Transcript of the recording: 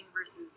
versus